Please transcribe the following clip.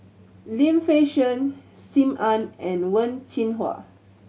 Lim Fei Shen Sim Ann and Wen Jinhua